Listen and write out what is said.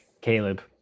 Caleb